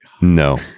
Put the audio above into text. No